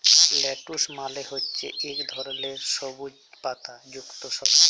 lettuce মালে হছে ইক ধরলের সবুইজ পাতা যুক্ত সবজি